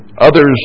others